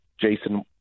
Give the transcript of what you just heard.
Jason